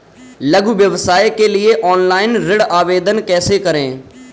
लघु व्यवसाय के लिए ऑनलाइन ऋण आवेदन कैसे करें?